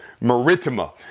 Maritima